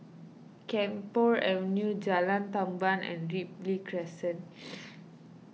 Camphor Avenue Jalan Tamban and Ripley Crescent